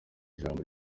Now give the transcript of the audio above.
ijambo